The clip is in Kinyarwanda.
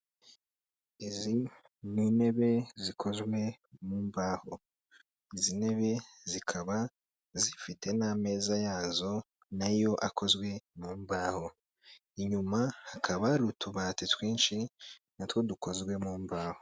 Izi ni intebe zikozwe mu mbaho, izi ntebe zikaba zifite n'amezaza yazo nayo akozwe mu mbaho, inyuma hakaba hari utubati twinshi natwo dukozwe mu mbahoho.